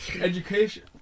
education